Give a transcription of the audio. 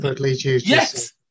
yes